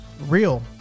real